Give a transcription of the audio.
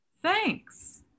Thanks